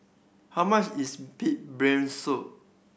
how much is pig brain soup